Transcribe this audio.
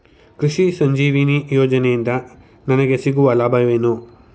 ಕೃಷಿ ಸಂಜೀವಿನಿ ಯೋಜನೆಯಿಂದ ನನಗೆ ಸಿಗುವ ಲಾಭವೇನು?